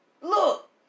look